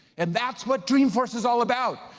and that's what dreamforce is all about.